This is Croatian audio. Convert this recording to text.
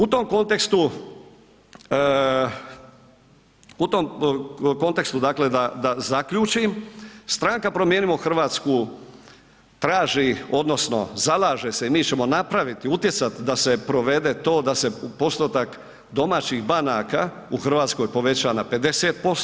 U tom kontekstu, u tom kontekstu dakle da zaključim Stranka Promijenimo Hrvatsku traži odnosno zalaže se i mi ćemo napraviti, utjecati da se provede to da se postotak domaćih banaka u Hrvatskoj poveća na 50%